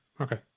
Okay